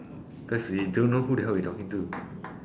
cause we don't know who the hell we talking to